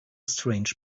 strange